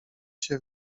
się